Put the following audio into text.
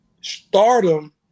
stardom